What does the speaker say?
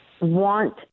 want